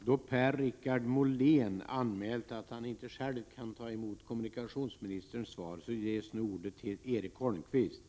Eftersom Christer Eirefelt anmält förhinder att själv ta emot finansministerns svar får Margareta Fogelberg ta emot detta svar.